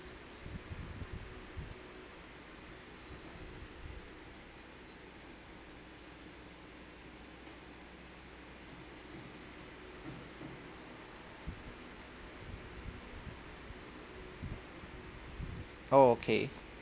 oh okay